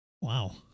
Wow